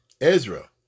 Ezra